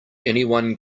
anyone